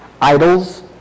Idols